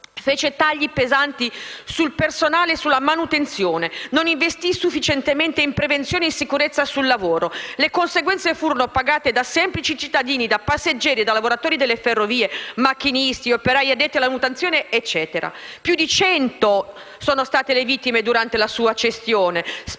fece tagli pesanti sul personale e sulla manutenzione, non investì sufficientemente in prevenzione e sicurezza sul lavoro. Le conseguenze furono pagate da semplici cittadini, da passeggeri e dai lavoratori delle Ferrovie (macchinisti, operai, addetti alla manutenzione, eccetera). Più di 100 sono state le vittime durante la sua gestione, spesso